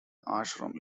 ashram